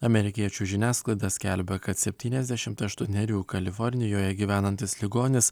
amerikiečių žiniasklaida skelbia kad septyniasdešimt aštuonerių kalifornijoje gyvenantis ligonis